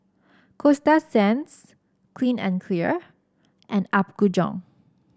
Coasta Sands Clean and Clear and Apgujeong